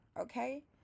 Okay